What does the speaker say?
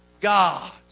God